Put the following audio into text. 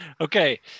okay